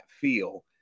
feel